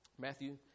Matthew